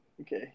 Okay